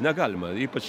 negalima ypač